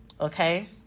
okay